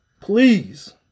Please